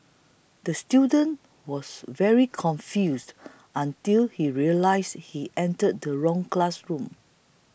the student was very confused until he realised he entered the wrong classroom